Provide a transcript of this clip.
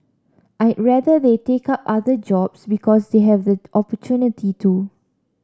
I'd rather they take up other jobs because they have the opportunity to